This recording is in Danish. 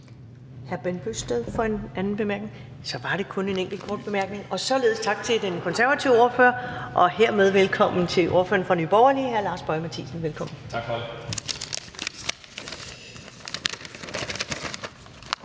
Hr. Bent Bøgsted for en anden kort bemærkning? Så var det kun en enkelt kort bemærkning. Således tak til den konservative ordfører, og hermed velkommen til ordføreren fra Nye Borgerlige, hr. Lars Boje Mathiesen. Kl. 15:32 (Ordfører)